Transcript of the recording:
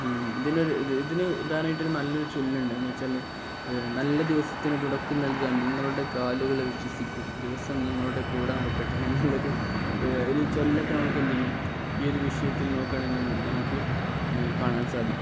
ഇതിനൊരു ഇതിന് ഉദാഹരണമായിട്ടൊരു നല്ലൊരു ചൊല്ലുണ്ട് എന്നുവച്ചാല് നല്ല ദിവസത്തിനു തുടക്കം നൽകാൻ നിങ്ങളുടെ കാലുകളെ വിശ്വസിക്കൂ ദിവസം നിങ്ങളുടെ കൂടെ നടക്കട്ടെ എന്നുള്ളൊരു ഒരു ചൊല്ലൊക്കെ നമുക്കെന്തെയ്യും ഈ ഒരു വിഷയത്തിൽ നോക്കുകയാണെങ്കില് നമുക്കു കാണാൻ സാധിക്കും